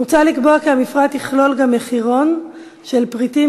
מוצע לקבוע כי המפרט יכלול גם מחירון של פריטים